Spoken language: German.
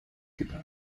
gebaut